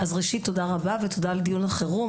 אז ראשית, תודה רבה, ותודה על דיון החירום.